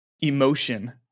emotion